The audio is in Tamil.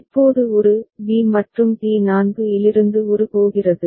இப்போது ஒரு b மற்றும் T4 இலிருந்து ஒரு போகிறது